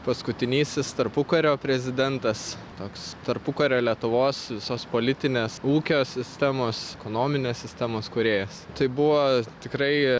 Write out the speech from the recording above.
paskutinysis tarpukario prezidentas toks tarpukario lietuvos visos politinės ūkio sistemos ekonominės sistemos kūrėjas tai buvo tikrai